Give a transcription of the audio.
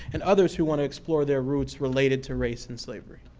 and others who want to explore their roots, related to race and slavery?